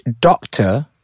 doctor